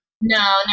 no